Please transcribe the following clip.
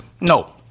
No